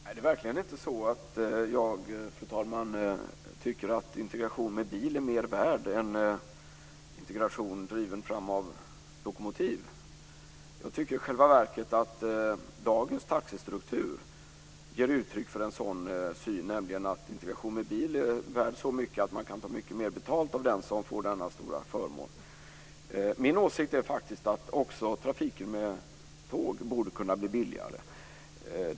Fru talman! Det är verkligen inte så att jag tycker att integration med bil är mer värd än integration framdriven av lokomotiv. Jag tycker i själva verket att dagens taxestruktur ger uttryck för den synen att integration med bil är värd så mycket att man kan ta mycket mer betalt av den som får denna stora förmån. Min åsikt är faktiskt den att också trafik med tåg borde kunna bli billigare.